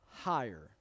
higher